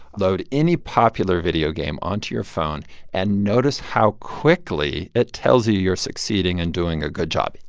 load any popular video game onto your phone, and notice how quickly it tells you you're succeeding and doing a good job.